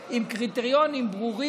עמדו על רגליהם ומחאו כפיים,